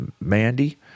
Mandy